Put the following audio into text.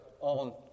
on